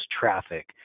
traffic